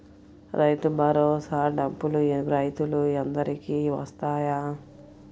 రైతు భరోసా డబ్బులు రైతులు అందరికి వస్తాయా?